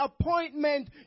appointment